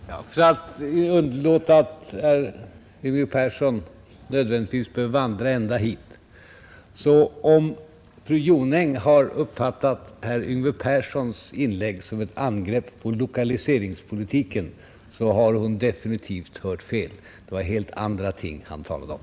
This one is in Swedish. Herr talman! För att undvika att herr Yngve Persson nödvändigtvis skall behöva vandra ända hit vill jag säga: Om fru Jonäng har uppfattat herr Yngve Perssons inlägg som ett angrepp på lokaliseringspolitiken har hon definitivt hört fel. Det var helt andra ting han talade om.